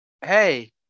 hey